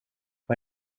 vad